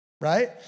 right